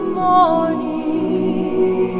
morning